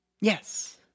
Yes